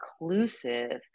inclusive